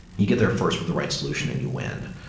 you get there first with the right solution and you win.